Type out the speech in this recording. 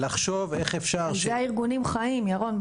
לחשוב איך אפשר --- על זה הארגונים חיים ירון,